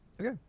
Okay